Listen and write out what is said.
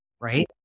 right